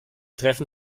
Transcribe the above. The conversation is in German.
treffen